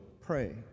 pray